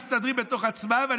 מסתדרים בתוך עצמם.